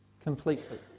completely